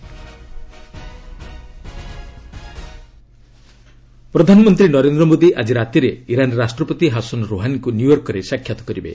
PM ୟୁଏନ୍କିଏ ପ୍ରଧାନମନ୍ତ୍ରୀ ନରେନ୍ଦ୍ର ମୋଦୀ ଆଜି ରାତିରେ ଇରାନ୍ ରାଷ୍ଟ୍ରପତି ହାସନ ରୋହାନିଙ୍କୁ ନ୍ୟୁୟର୍କରେ ସାକ୍ଷାତ କରିବେ